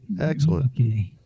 excellent